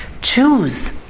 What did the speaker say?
choose